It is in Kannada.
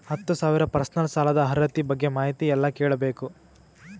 ಹತ್ತು ಸಾವಿರ ಪರ್ಸನಲ್ ಸಾಲದ ಅರ್ಹತಿ ಬಗ್ಗೆ ಮಾಹಿತಿ ಎಲ್ಲ ಕೇಳಬೇಕು?